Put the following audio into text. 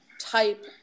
type